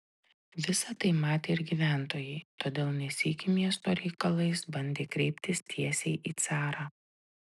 visa tai matė ir gyventojai todėl ne sykį miesto reikalais bandė kreiptis tiesiai į carą